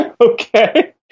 Okay